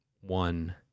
one